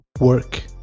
work